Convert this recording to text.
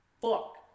fuck